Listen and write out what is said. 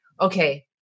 Okay